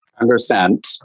understand